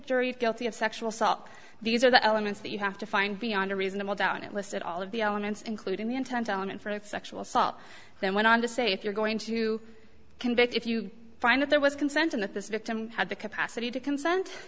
jury guilty of sexual assault these are the elements that you have to find beyond a reasonable doubt and it listed all of the elements including the intent on and for sexual assault then went on to say if you're going to convict if you find that there was consent and that this victim had the capacity to consent